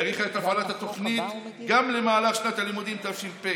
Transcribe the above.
האריכה את הפעלת התוכנית גם למהלך שנת הלימודים תש"ף,